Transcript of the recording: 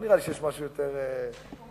אין פה משהו יותר אטרקטיבי.